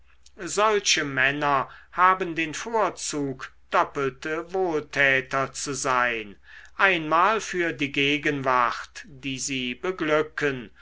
solche männer haben den vorzug doppelte wohltäter zu sein einmal für die gegenwart die sie beglücken